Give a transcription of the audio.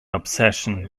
obsession